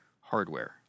hardware